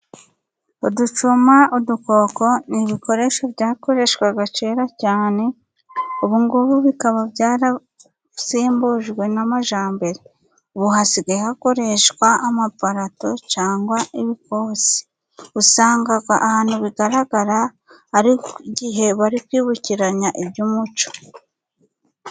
Uducuma, udukoko, ni ibikoresho byakoreshwaga kera cyane, ubungubu bikaba byarasimbujwe n'amajyambere. Ubu hasigaye hakoreshwa amaparato, cyangwa ibikosi. usanga ahantu bigaragara, ari igihe bari kwibukiranya iby'umuco.